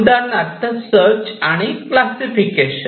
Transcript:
उदाहरणार्थ सर्च आणि क्लासिफिकेशन